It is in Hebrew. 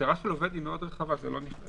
הגעה של עובד היא מאוד רחבה, זה לא נכנס?